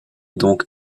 donc